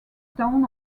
town